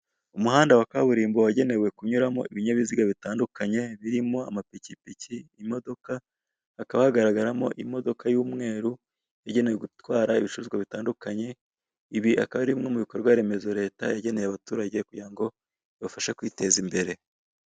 Umuhanda wa kaburimbo wagenewe kunyuramo ibinyabiziga bitandukanye birimo amapikipiki, imodoka, hakaba hagaragaramo imodoka y'umweru igenewe gutwara ibicuruzwa bitandukanye ibi akaba ari bimwe mu bikorwaremezo leta yageneye abaturage kugira ngo bibafashe kwiteza imbere.